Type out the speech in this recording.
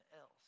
else